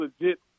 legit